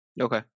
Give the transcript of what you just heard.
Okay